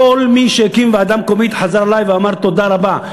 כל מי שהקים ועדה מקומית חזר אלי ואמר: תודה רבה,